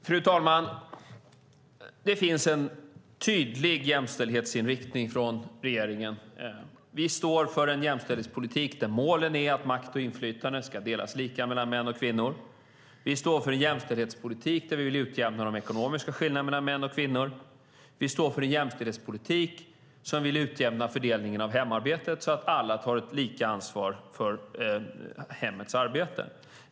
Fru talman! Det finns en tydlig jämställdhetsinriktning från regeringen. Vi står för en jämställdhetspolitik där målen är att makt och inflytande ska delas lika mellan män och kvinnor. Vi står för en jämställdhetspolitik där vi vill utjämna de ekonomiska skillnaderna mellan män och kvinnor. Vi står för en jämställdhetspolitik som vill utjämna fördelningen av hemarbetet så att alla tar lika ansvar för hemmets arbete.